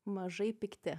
mažai pikti